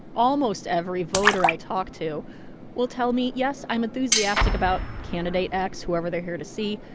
almost every voter i talk to will tell me, yes, i'm enthusiastic about candidate x, whoever they're here to see.